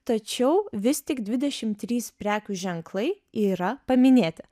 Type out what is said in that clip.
tačiau vis tik dvidešim trys prekių ženklai yra paminėti